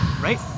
right